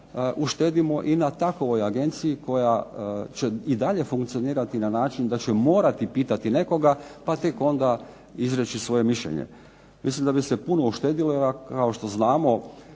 uštedimo na takvoj agenciji koja će morati funkcionirati na način da će morati pitati nekoga pa tek onda izreći svoje mišljenje. Mislim da bi se puno uštedilo jer kao što znamo